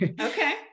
okay